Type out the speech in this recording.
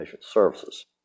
services